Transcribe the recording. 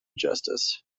justice